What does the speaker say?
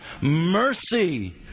Mercy